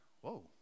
whoa